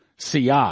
CI